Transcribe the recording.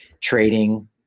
trading